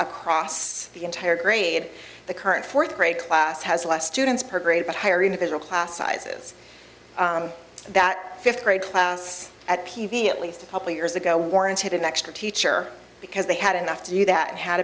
across the entire grade the current fourth grade class has less students per grade but higher in the middle class sizes that fifth grade class at p v at least a couple of years ago warranted an extra teacher because they had enough to do that had